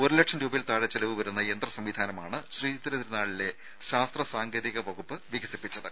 ഒരു ലക്ഷം രൂപയിൽ താഴെ ചെലവുവരുന്ന യന്ത്ര സംവിധാനമാണ് ശ്രീചിത്തിര തിരുനാളിലെ ശാസ്ത്ര സാങ്കേതിക വകുപ്പ് വികസിപ്പിച്ചത്